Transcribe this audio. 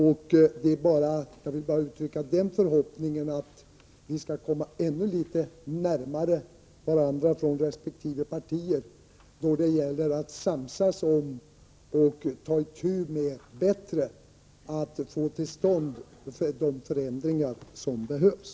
Jag vill bara uttrycka den förhoppningen att vi från resp. partier skall komma ännu litet närmare varandra då det gäller att samsas om och bättre ta itu med att få till stånd de förändringar som behövs.